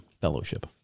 fellowship